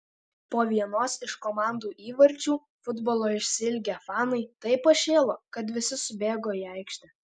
po vienos iš komandų įvarčių futbolo išsiilgę fanai taip pašėlo kad visi subėgo į aikštę